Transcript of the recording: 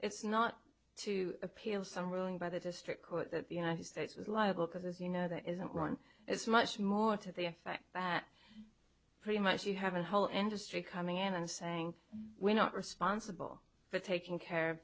it's not to appeal some ruling by the district court that the united states is liable because as you know there isn't one it's much more to the affect that pretty much you have a whole industry coming in and saying we're not responsible for taking care of